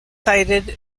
cited